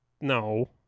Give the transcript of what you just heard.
No